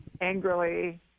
angrily